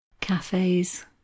cafes